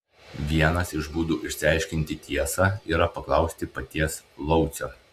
vienas iš būdų išsiaiškinti tiesą yra paklausti paties laucio